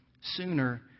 sooner